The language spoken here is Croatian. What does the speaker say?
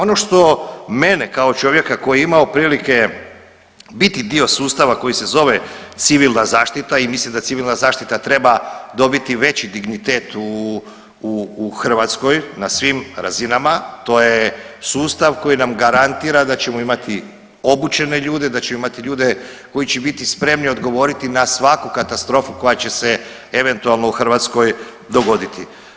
Ono što mene kao čovjeka koji je imao prilike biti dio sustava koji se zove civilna zaštita i mislim da civilna zaštita treba dobiti veći dignitet u, u, u Hrvatskoj na svim razinama, to je sustav koji nam garantira da ćemo imati obučene ljude, da ćemo imati ljude koji će biti spremni odgovoriti na svaku katastrofu koja će se eventualno u Hrvatskoj dogoditi.